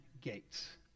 Gates